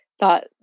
thought